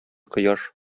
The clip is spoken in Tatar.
кояш